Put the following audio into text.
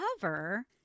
cover